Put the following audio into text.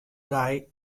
dei